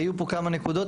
היו פה כמה נקודות.